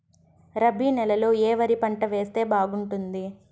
రబి నెలలో ఏ వరి పంట వేస్తే బాగుంటుంది